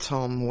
Tom